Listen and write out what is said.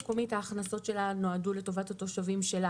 ההכנסות של רשות מקומית נועדו לטובת התושבים שלה,